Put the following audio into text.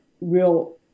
real